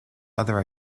other